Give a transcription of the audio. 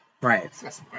Right